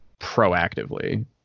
proactively